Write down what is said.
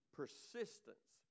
persistence